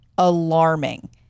alarming